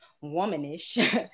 womanish